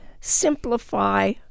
simplify